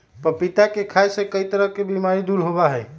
पपीता के खाय से कई तरह के बीमारी दूर होबा हई